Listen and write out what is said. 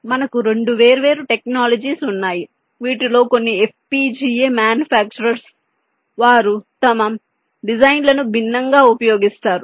మనకు రెండు వేర్వేరు టెక్నాలజీస్ ఉన్నాయి వీటిలో కొన్ని FPGA మ్యానుఫ్యాక్చర్స్ వారు తమ డిజైన్ల ను భిన్నంగా ఉపయోగిస్తారు